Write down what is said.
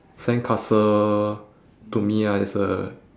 sandcastle to me ah is a